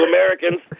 Americans